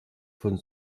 von